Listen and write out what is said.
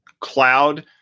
cloud